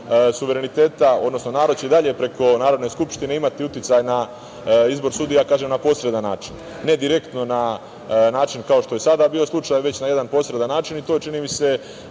suvereniteta, odnosno, narod će i dalje preko Narodne skupštine imati uticaj na izbor sudija, kažem, na posredan način. Ne direktno na način kao što je sada bio slučaj, već na jedan posredan način. To je, čini mi se,